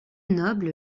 noble